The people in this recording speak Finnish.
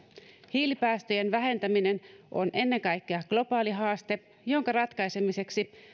hiilipäästöjen vähentäminen on ennen kaikkea globaali haaste jonka ratkaisemiseksi